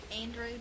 Andrew